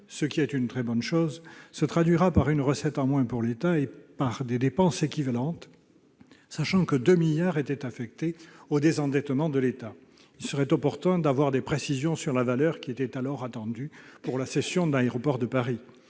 ce qui est une très bonne chose, se traduira par une recette en moins pour l'État et par des dépenses équivalentes, sachant que 2 milliards d'euros étaient affectés au désendettement de l'État. Il serait opportun d'avoir des précisions sur la valeur qui était alors attendue de la cession d'Aéroports de Paris.